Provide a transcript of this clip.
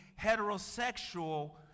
heterosexual